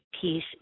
peace